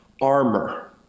armor